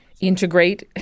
integrate